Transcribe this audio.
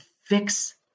fix